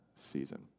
season